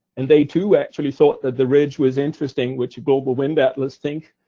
and they, too, actually thought that the ridge was interesting, which global wind atlas think,